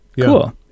Cool